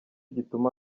gituma